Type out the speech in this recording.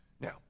Now